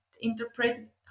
interpret